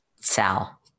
Sal